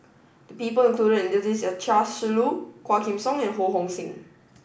the people included in the list are Chia Shi Lu Quah Kim Song and Ho Hong Sing